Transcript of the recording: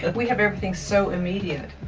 and we have everything so immediate.